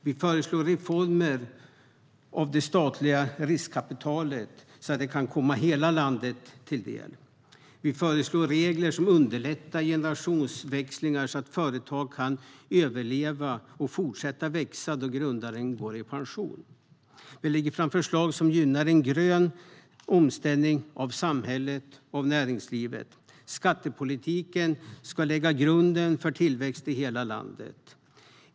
Vi föreslår reformer av det statliga riskkapitalet så att det kan komma hela landet till del. Vi föreslår regler som underlättar generationsväxlingar så att företag kan överleva och fortsätta att växa då grundaren går i pension. Vi lägger fram förslag som gynnar en grön omställning av samhället och näringslivet. Skattepolitiken ska lägga grunden för tillväxt i hela landet.